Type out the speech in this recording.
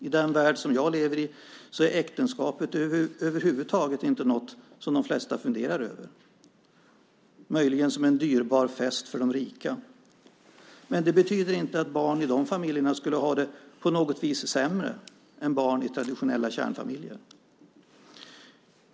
I den värld som jag lever i är äktenskapet över huvud taget inte något som de flesta funderar över, möjligen som en dyrbar fest för de rika. Men det betyder inte att barn i dessa familjer på något vis skulle ha det sämre än barn i traditionella kärnfamiljer.